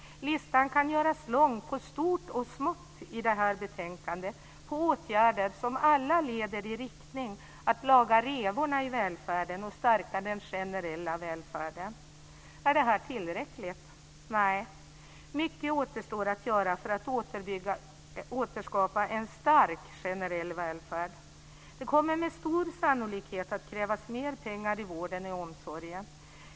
Listan kan göras lång på stort och smått i detta betänkande, på åtgärder som alla leder i en riktning, att laga revorna i välfärden och stärka den generella välfärden. Är det här tillräckligt? Nej, mycket återstår att göra för att återskapa en stark generell välfärd. Det kommer med stor sannlikhet att krävas mer pengar i vården och i omsorgen.